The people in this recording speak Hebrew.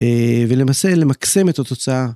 ולמעשה למקסם את התוצאה.